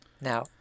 Now